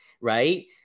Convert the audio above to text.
right